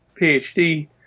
PhD